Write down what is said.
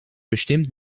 bestimmt